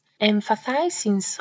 emphasizing